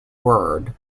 word